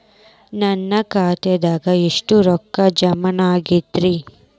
ನನ್ನ ಖಾತೆದಾಗ ಎಷ್ಟ ರೊಕ್ಕಾ ಜಮಾ ಆಗೇದ್ರಿ?